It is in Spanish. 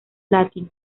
latin